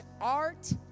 art